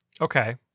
Okay